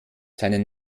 seinen